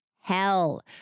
Hell